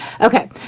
okay